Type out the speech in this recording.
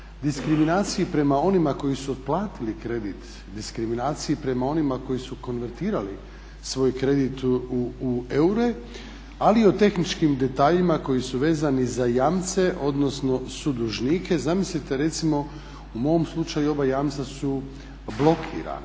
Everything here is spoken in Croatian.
diskriminaciji prema onima koji su otplatili kredit, diskriminacija prema onima koji su konvertirali svoj kredit u eure, ali o tehničkim detaljima koji su vezani za jamce odnosno sudužnike. Zamislite recimo u mom slučaju oba jamca su blokirana,